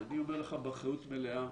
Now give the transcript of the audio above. אני אומר לך באחריות מלאה,